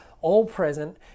all-present